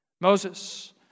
Moses